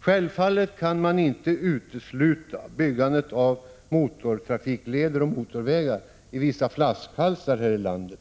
Självfallet kan man inte utesluta byggandet av motortrafikleder och motorvägar i vissa flaskhalsar här i landet,